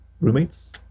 roommates